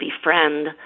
befriend